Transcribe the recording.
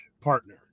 partner